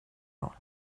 roll